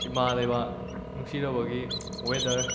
ꯏꯃꯥ ꯂꯩꯕꯥꯛ ꯅꯨꯡꯁꯤꯔꯕꯒꯤ ꯋꯦꯗꯔ